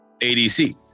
ADC